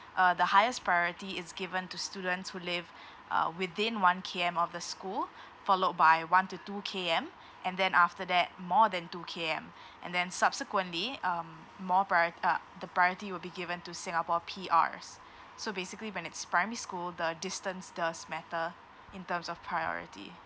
uh the highest priority is given to students who live uh within one K_M of the school followed by one to two K_M and then after that more than two K_M and then subsequently um more prior uh the priority will be given to singapore P_Rs so basically when it's primary school the distance does matter in terms of priority